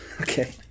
Okay